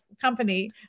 company